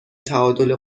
تعادل